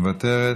מוותרת,